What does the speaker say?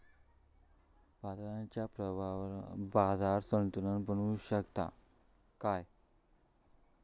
बाजाराच्या प्रभावान बाजार संतुलन पण बनवू शकताव काय?